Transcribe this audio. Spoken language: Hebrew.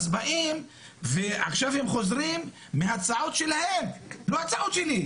אז עכשיו הם חוזרים מההצעות שלהם, לא הצעות שלי.